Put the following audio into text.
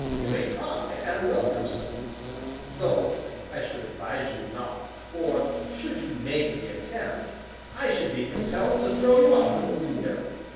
you may try, and welcome, sir, said i though i should advise you not, for should you make the attempt i should be compelled to throw you out of the window.